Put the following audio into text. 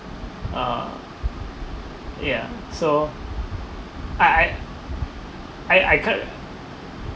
uh yeah so I I I I can't